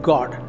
God